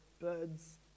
birds